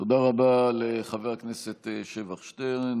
תודה רבה לחבר הכנסת שבח שטרן.